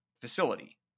facility